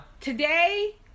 today